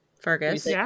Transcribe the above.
Fergus